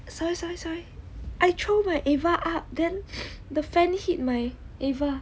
so sorry sorry I throw my eva up then the fan hit my eva